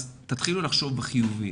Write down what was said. אז תתחילו לחשוב בחיוב.